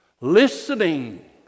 listening